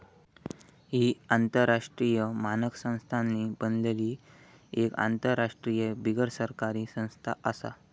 ही राष्ट्रीय मानक संस्थांनी बनलली एक आंतरराष्ट्रीय बिगरसरकारी संस्था आसा